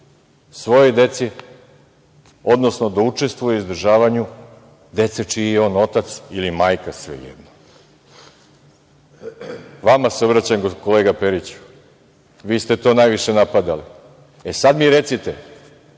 svojoj deci, odnosno da učestvuje u izdržavanju dece čiji je on otac ili majka svejedno? Vama se obraćam, kolega Periću, vi ste to najviše napadali. E, sad mi recite